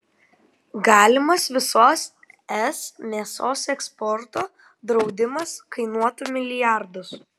galimas visos es mėsos eksporto draudimas kainuotų milijardus